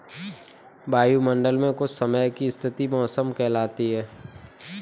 वायुमंडल मे कुछ समय की स्थिति मौसम कहलाती है